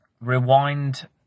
rewind